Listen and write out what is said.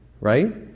right